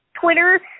Twitter